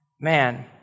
Man